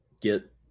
get